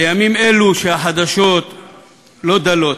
בימים אלו, שהחדשות לא דלות,